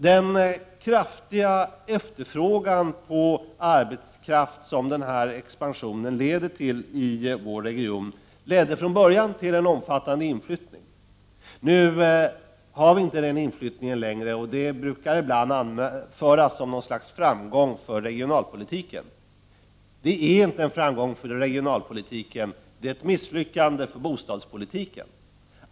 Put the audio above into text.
Den kraftiga efterfrågan på arbetskraft som expansionen innebär i vår region ledde från början till en omfattande inflyttning. Nu har vi inte den inflyttningen längre. Detta faktum brukar ibland anföras som något slags framgång för regionalpolitiken. Det är inte en framgång för regionalpolitiken, utan ett misslyckande för bostadspolitiken.